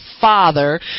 Father